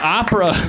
opera